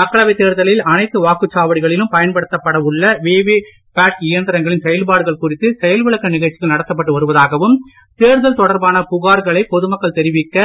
மக்களவைத் தேர்தலில் அனைத்து வாக்குச்சாவடிகளிலும் பயன்படுத்தப்பட உள்ள விவி பேட் இயந்திரங்களின் செயல்பாடுகள் குறித்து செயல்விளக்க நிகழ்ச்சிகள் நடத்தப்பட்டு வருவதாகவும் தேர்தல் தொடர்பான புகார்களை பொதுமக்கள் தெரிவிக்க